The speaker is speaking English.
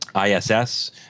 ISS